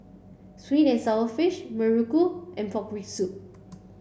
sweet and sour fish Muruku and pork rib soup